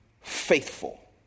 faithful